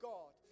God